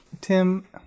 Tim